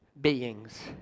beings